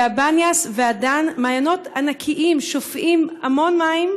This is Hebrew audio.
והבניאס והדן, מעיינות ענקיים, שופעים המון מים,